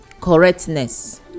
correctness